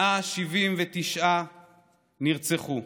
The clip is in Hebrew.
179 נרצחו,